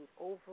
over